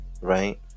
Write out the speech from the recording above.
right